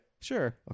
Sure